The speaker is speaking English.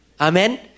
Amen